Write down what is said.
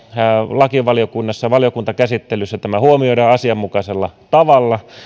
lakivaliokunnassa valiokuntakäsittelyssä tämä huomioidaan asianmukaisella tavalla